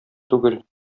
түгел